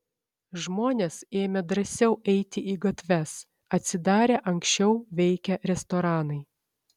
žmonės ėmė drąsiau eiti į gatves atsidarė anksčiau veikę restoranai